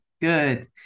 Good